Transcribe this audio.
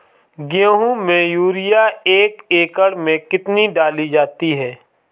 गेहूँ में यूरिया एक एकड़ में कितनी डाली जाती है?